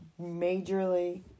majorly